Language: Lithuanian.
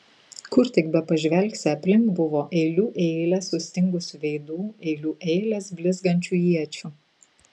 kur tik bepažvelgsi aplink buvo eilių eilės sustingusių veidų eilių eilės blizgančių iečių